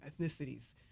ethnicities